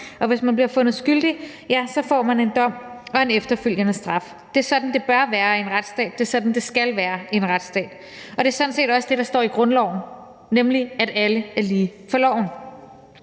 og hvis man bliver fundet skyldig, får man en dom og en efterfølgende straf. Det er sådan, det bør være i en retsstat, det er sådan, det skal være i en retsstat, og det er sådan set også det, der står i grundloven, nemlig at alle er lige for loven.